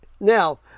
Now